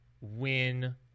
win